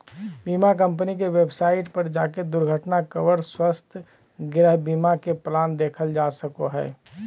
बीमा कम्पनी के वेबसाइट पर जाके दुर्घटना कवर, स्वास्थ्य, गृह बीमा के प्लान देखल जा सको हय